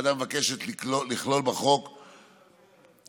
הוועדה מבקשת לכלול בחוק הסמכויות,